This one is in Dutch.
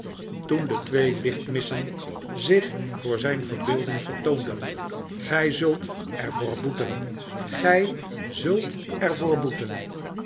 toen de twee lichtmissen zich voor zijn verbeelding vertoonden gij zult er voor boeten gij zult er voor boeten